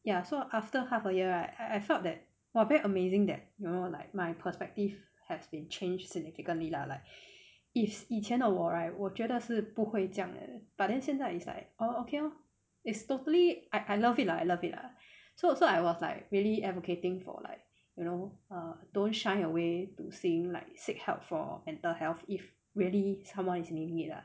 ya so after half a year right I I felt that !wah! very amazing that you know like my perspective has been changed significantly lah like if 以前的我 right 我觉得是不会这样的 but then 现在 it's like oh okay lor it's totally I I love it I love it lah so so I was like really advocating for like you know err don't shy away to seeing like seek help for mental health if really someone is needing it ah